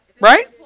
Right